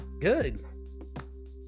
Good